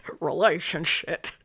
Relationship